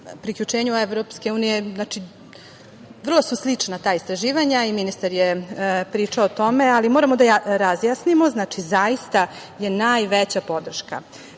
priključenju EU. Vrlo su slična ta istraživanja i ministar je pričao o tome, ali moramo da razjasnimo, zaista je najveća podrška